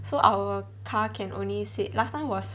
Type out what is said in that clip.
so our car can only sit last time was